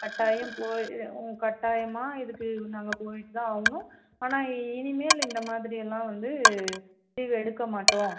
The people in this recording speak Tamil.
கட்டாயம் போய் உங் கட்டாயமாக இதுக்கு நாங்கள் போயிட்டு தான் ஆகணும் ஆனால் இனிமேல் இந்த மாதிரி எல்லாம் வந்து லீவ் எடுக்க மாட்டோம்